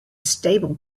stable